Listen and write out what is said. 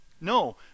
No